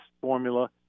formula